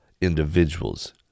individuals